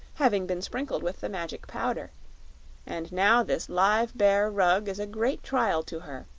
having been sprinkled with the magic powder and now this live bear rug is a great trial to her,